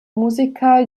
musiker